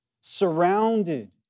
surrounded